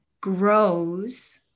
grows